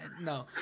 No